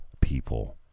people